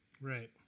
Right